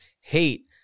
hate